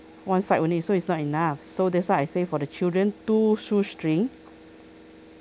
one side only so it's not enough so that's why I say for the children two shoestring